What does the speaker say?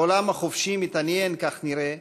העולם החופשי מתעניין, כך נראה,